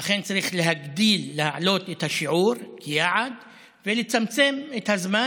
ולכן צריך להגדיל ולהעלות את השיעור ביעד ולצמצם את הזמן,